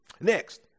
Next